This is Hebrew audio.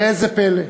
ראה זה פלא.